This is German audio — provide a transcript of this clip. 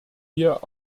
wir